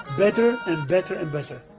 better and better and better